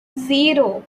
zero